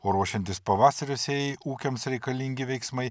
ruošiantis pavasario sėjai ūkiams reikalingi veiksmai